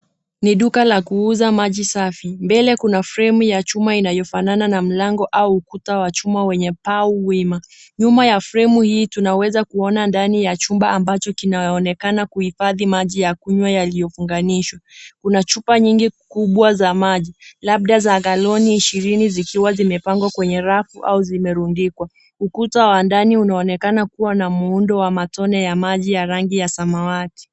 Ni duka la kuuza maji safi. Mbele kuna fremu ya chuma inayofanana na mlango au ukuta wa chuma wenye pau wima. Nyuma ya fremu hii tunaweza kuona ndani ya chumba ambacho kinaonekana kuhifadhi maji ya kunywa yaliyofunganishwa. Kuna chupa nyingi za maji labda za galoni ishirini zikiwa zimepangwa kwenye rafu au zimerundikwa. Ukuta wa ndani unaonekana kuwa na muundo wa matone ya maji ya rangi ya samawati.